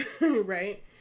right